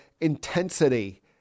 intensity